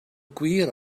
gwir